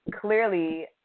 clearly